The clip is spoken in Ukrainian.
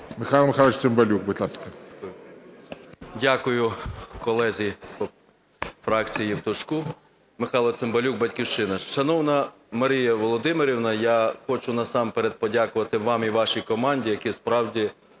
Михайло Михайлович Цимбалюк, будь ласка. 10:34:33 ЦИМБАЛЮК М.М. Дякую колезі по фракції Євтушку. Михайло Цимбалюк, "Батьківщина". Шановна Марина Володимирівна, я хочу насамперед подякувати вам і вашій команді, яка справді